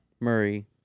Murray